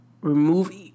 remove